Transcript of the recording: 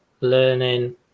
learning